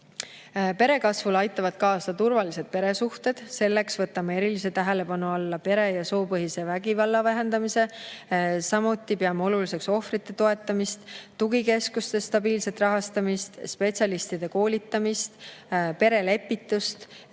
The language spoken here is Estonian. Pere kasvule aitavad kaasa turvalised peresuhted. Selleks võtame erilise tähelepanu alla pere- ja soopõhise vägivalla vähendamise. Samuti peame oluliseks ohvrite toetamist, tugikeskuste stabiilset rahastamist, spetsialistide koolitamist, perelepitust,